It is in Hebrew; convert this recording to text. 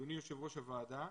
אדוני יו"ר הוועדה,